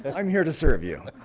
and i'm here to serve you